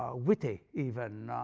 ah witty even,